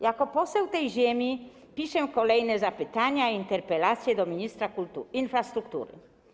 Jako poseł tej ziemi piszę kolejne zapytania i interpelacje do ministra infrastruktury.